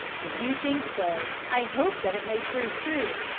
if you think so i hope that it may prove true,